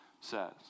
says